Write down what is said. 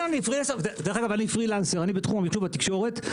כן, אני פרילנסר בתחום התקשוב והתקשורת.